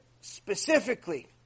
specifically